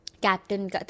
captain